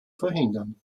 verhindern